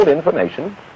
Information